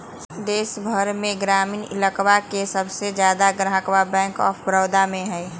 देश भर में ग्रामीण इलकवन के सबसे ज्यादा ग्राहक बैंक आफ बडौदा में हई